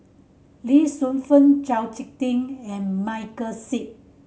Lee Shu Fen Chau Sik Ting and Michael Seet